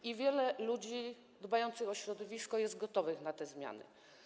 I wiele ludzi dbających o środowisko jest gotowych na te zmiany.